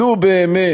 נו, באמת,